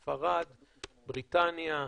ספרד, בריטניה,